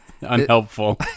unhelpful